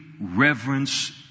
reverence